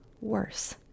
worse